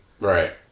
Right